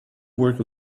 work